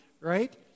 Right